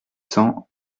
cents